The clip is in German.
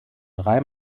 drei